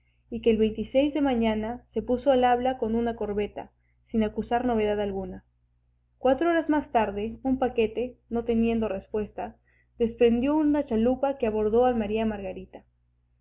y que el de mañana se puso al habla con una corbeta sin acusar novedad alguna cuatro horas más tarde un paquete no teniendo respuesta desprendió una chalupa que abordó al maría margarita